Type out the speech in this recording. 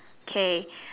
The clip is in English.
K